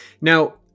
Now